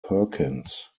perkins